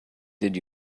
did